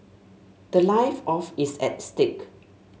the life of is at stake